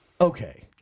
Okay